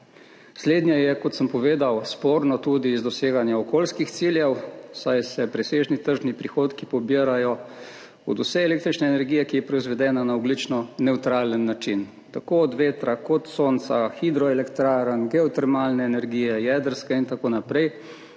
Slednje je, kot sem povedal, sporno tudi iz doseganja okoljskih ciljev, saj se presežni tržni prihodki pobirajo od vse električne energije, ki je proizvedena na ogljično nevtralen način, tako od vetra kot sonca, hidroelektrarn, geotermalne energije, jedrske in tako naprej,